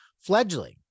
fledgling